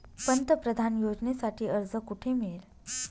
पंतप्रधान योजनेसाठी अर्ज कुठे मिळेल?